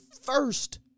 first